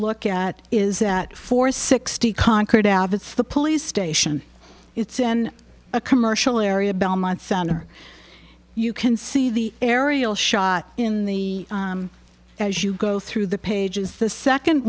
look at is that for sixty concord out of it's the police station it's in a commercial area belmont center you can see the aerial shot in the as you go through the pages the second